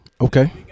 Okay